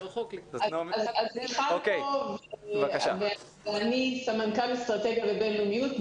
אני סמנכ"ל אסטרטגיה ובינלאומיות,